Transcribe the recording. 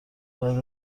بعد